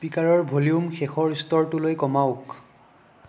স্পীকাৰৰ volume শেষৰ স্তৰটোলৈ কমাওক